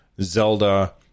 Zelda